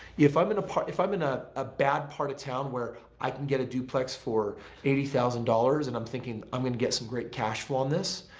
if i'm in a part, if i'm in a a bad part of town where i can get a duplex for eighty thousand dollars and i'm thinking i'm going to get some great cash flow on this,